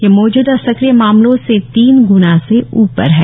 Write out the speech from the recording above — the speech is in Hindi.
यह मौजूदा सक्रिय मामलों से तीन ग्ना से ऊपर है